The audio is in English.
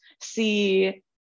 see